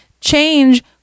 change